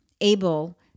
able